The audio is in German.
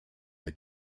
der